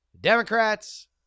Democrats